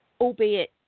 albeit